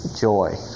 Joy